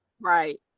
Right